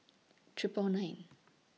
Triple nine